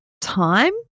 time